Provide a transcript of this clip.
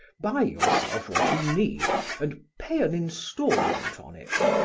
buy yourself what you need and pay an installment on it.